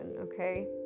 okay